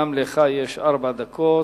גם לך יש ארבע דקות.